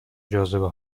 جاذبه